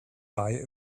buy